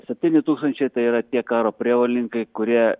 septyni tūkstančiai tai yra tie karo prievolininkai kurie